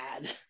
bad